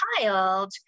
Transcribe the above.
child